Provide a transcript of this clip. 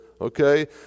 okay